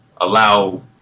allow